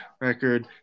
record